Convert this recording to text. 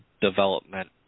development